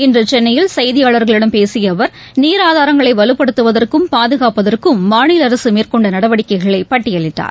இன்றசென்னையில் செய்தியாளர்களிடம் பேசியஅவர் நீர் ஆதாரங்களைவலுப்படுத்துவதற்கும் பாதுகாப்பதற்கும் மாநிலஅரசுமேற்கொண்டநடவடிக்கைகளைபட்டியலிட்டார்